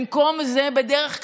במקום זה, בדרך כלל,